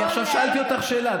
אני עכשיו שאלתי אותך שאלה.